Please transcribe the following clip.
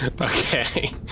Okay